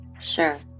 Sure